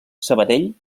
sabadell